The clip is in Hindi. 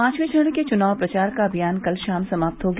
पांचवें चरण के चुनाव प्रचार का अनियान कल शाम समाप्त हो गया